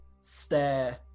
stare